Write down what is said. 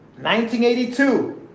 1982